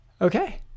okay